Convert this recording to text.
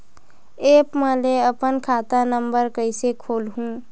App म ले अपन खाता नम्बर कइसे खोलहु?